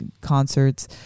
concerts